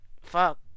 Fuck